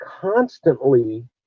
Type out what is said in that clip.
constantly